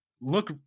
look